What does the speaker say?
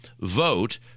vote